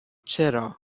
چرا